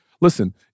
Listen